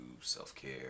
self-care